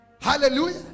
Hallelujah